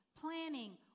planning